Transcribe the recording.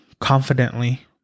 confidently